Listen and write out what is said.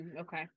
Okay